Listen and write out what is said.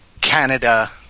Canada